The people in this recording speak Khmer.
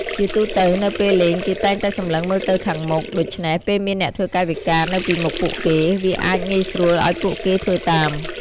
ជាទូទៅ នៅពេលលេង គេតែងតែសម្លឹងមើលទៅខាងមុខ ដូច្នេះ ពេលមានអ្នកធ្វើកាយវិការនៅពីមុខពួកគេ វាអាចងាយស្រួលឱ្យពួកគេធ្វើតាម។